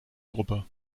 gruppe